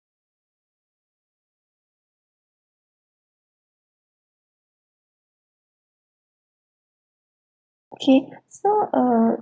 okay so uh